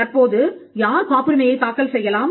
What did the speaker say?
தற்போது யார் காப்புரிமையைத் தாக்கல் செய்யலாம்